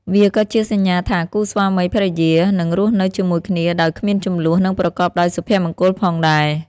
វាក៏ជាសញ្ញាថាគូស្វាមីភរិយានឹងរស់នៅជាមួយគ្នាដោយគ្មានជម្លោះ និងប្រកបដោយសុភមង្គលផងដែរ។